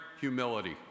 humility